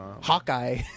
Hawkeye